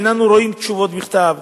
ואין אנו רואים תשובות בכתב.